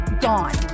gone